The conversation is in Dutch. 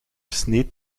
sneed